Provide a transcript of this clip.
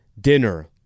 dinner